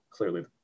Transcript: clearly